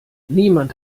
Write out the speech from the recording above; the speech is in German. niemand